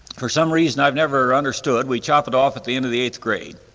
for some reason i've never understood we chop it off at the end of the eighth grade.